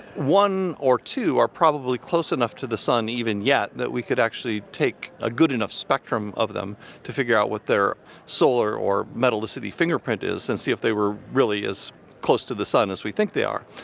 one or two are probably close enough to the sun even yet that we could actually take a good enough spectrum of them to figure out what their solar or metallicity fingerprint is and see if they were really as close to the sun as we think they are.